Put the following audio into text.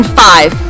five